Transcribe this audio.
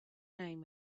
name